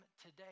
today